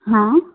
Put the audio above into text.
हाँ